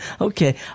Okay